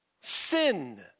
Sin